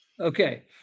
Okay